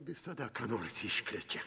visada ką nors iškrečia